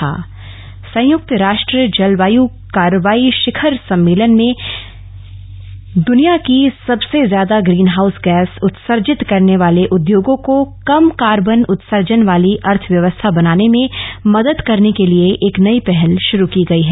नई पहल यूएन संयुक्त राष्ट्र जलवायू कार्रवाई शिखर सम्मेलन में दुनिया की सबसे ज्यादा ग्रीनहाउस गैस उत्सर्जित करने वाले उद्योगों को कम कार्बन उत्सर्जन वाली अर्थव्यवस्था बनाने में मदद करने के लिए एक नई पहल शरू की गई है